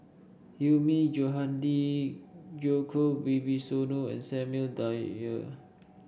Hilmi Johandi Djoko Wibisono and Samuel Dyer